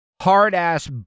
hard-ass